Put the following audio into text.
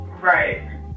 Right